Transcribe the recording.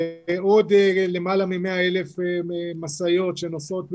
ועוד למעלה מ-100,000 משאיות שנוסעות,